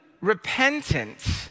Repentance